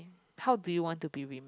how do you want to be with